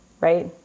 right